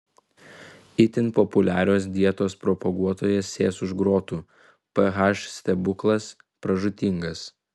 itin populiarios dietos propaguotojas sės už grotų ph stebuklas pražūtingas